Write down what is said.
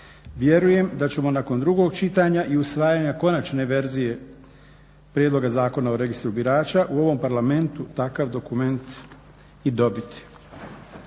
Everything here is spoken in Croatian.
Vjerujem da ćemo nakon drugog čitanja i usvajanja konačne verzije prijedloga Zakona o registru birača u ovom Parlamentu takav dokument i dobiti.